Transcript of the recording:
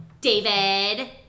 David